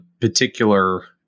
particular